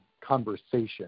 conversation